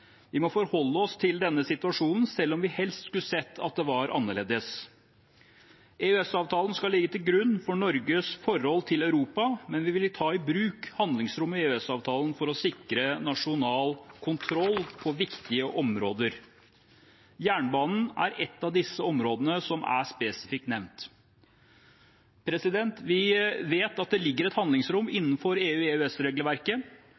Vi må forholde oss til denne situasjonen, selv om vi helst skulle sett at det var annerledes. EØS-avtalen skal ligge til grunn for Norges forhold til Europa, men vi vil ta i bruk handlingsrommet i EØS-avtalen for å sikre nasjonal kontroll på viktige områder. Jernbanen er et av disse områdene, som er spesifikt nevnt. Vi vet at det ligger et handlingsrom